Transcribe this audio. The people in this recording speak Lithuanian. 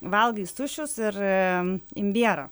valgai sušius ir imbierą